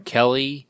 Kelly